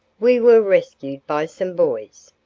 we were rescued by some boys!